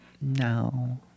no